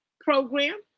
program